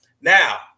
Now